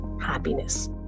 happiness